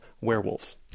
werewolves